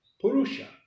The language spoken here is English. Purusha